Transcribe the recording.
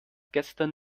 gestern